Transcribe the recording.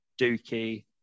Dookie